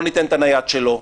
לא ניתן את הנייד שלו.